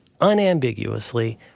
unambiguously